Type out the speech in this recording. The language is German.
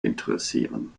interessieren